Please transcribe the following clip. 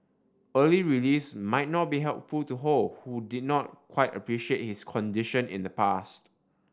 early release might not be helpful to Ho who did not quite appreciate his condition in the past